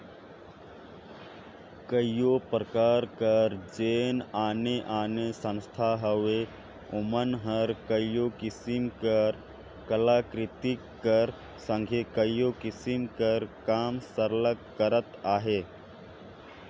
कइयो परकार कर जेन आने आने संस्था हवें ओमन हर कइयो किसिम कर कलाकृति कर संघे कइयो किसिम कर काम सरलग करत अहें